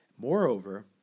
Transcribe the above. Moreover